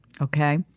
okay